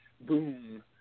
boom